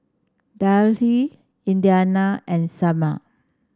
Danyell Indiana and Salma